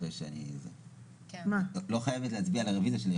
היא לא חייבת להצביע על הרוויזיה שלי,